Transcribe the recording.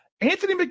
Anthony